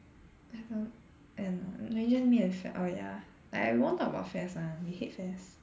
I don't I don't know maybe just me and Fel ya like I won't talk about FASS [one] hate FASS